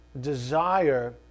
desire